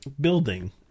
building